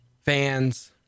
fans